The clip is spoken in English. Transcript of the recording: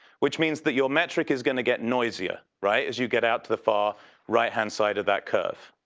which means that your metric is going to get noisier, right, as you get out to the far right hand side of that curve.